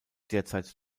derzeit